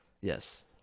Yes